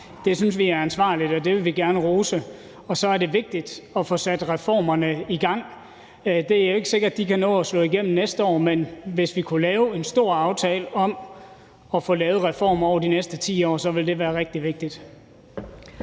synes vi er ansvarligt, og det vil vi gerne rose. Og så er det vigtigt at få sat reformerne i gang. Det er jo ikke sikkert, at de kan nå at slå igennem næste år, men hvis vi kunne lave en stor aftale om at få lavet reformer over de næste 10 år, så ville det være rigtig vigtigt.